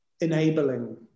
Enabling